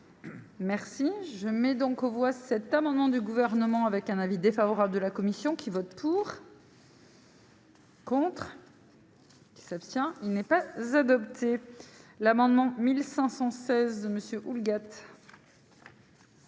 Merci, je mets donc aux voix cet amendement du gouvernement avec un avis défavorable de la commission qui votre tour. Contre. Qui s'abstient, il n'est pas adopté l'amendement 1516 monsieur Houlgate.